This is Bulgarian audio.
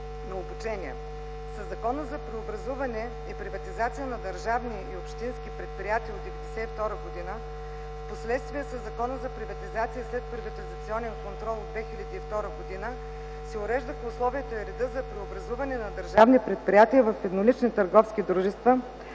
на обучение. Със Закона за преобразуване и приватизация на държавни и общински предприятия от 1992 г., впоследствие със Закона за приватизация и следприватизационен контрол от 2002 г. се уреждат условията и редът за преобразуване на държавни предприятия в еднолични търговски дружества